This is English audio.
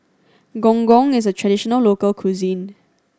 Gong Gong is a traditional local cuisine